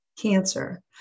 Cancer